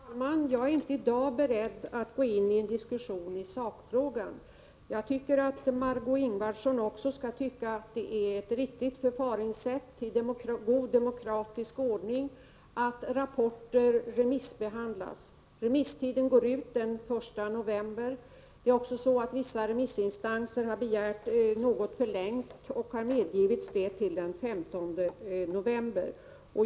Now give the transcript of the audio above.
Herr talman! Jag är inte i dag beredd att gå in i en diskussion i sakfrågan. Jag tycker att även Margé Ingvardsson skulle tycka att det är ett riktigt förfaringssätt i god demokratisk ordning att rapporter remissbehandlas. Remisstiden går ut den 1 november. Vissa remissinstanser har dessutom begärt och medgivits något förlängd tid till den 15 november.